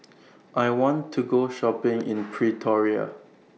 I want to Go Shopping in Pretoria